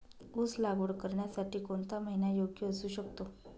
ऊस लागवड करण्यासाठी कोणता महिना योग्य असू शकतो?